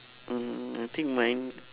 um I think mine